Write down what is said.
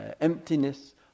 emptiness